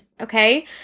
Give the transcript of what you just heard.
okay